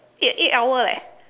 eight eight hour leh